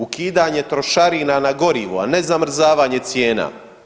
Ukidanje trošarina na gorivo, a ne zamrzavanje cijena.